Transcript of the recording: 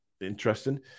Interesting